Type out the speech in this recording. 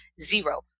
zero